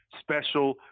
special